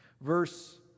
Verse